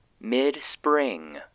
mid-spring